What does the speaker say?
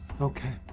Okay